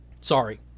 Sorry